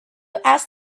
asked